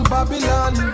Babylon